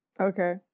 Okay